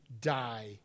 die